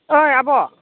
ओइ आब'